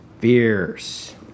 Fierce